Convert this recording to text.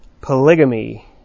polygamy